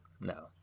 no